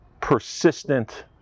persistent